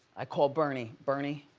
i called bernie, bernie,